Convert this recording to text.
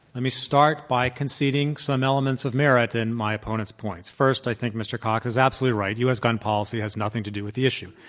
me start by conceding some elements of merit in my opponents' points. first, i think mr. cox is absolutely right, u. s. gun policy has nothing to do with the issue.